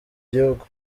gihugu